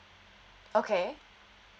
okay